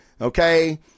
Okay